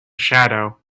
shadow